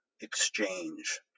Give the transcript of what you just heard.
exchange